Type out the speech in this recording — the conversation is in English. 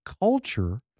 culture